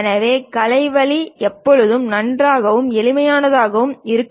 எனவே கலை வழி எப்போதும் நன்றாகவும் எளிமையாகவும் இருக்கும்